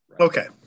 Okay